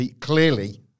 Clearly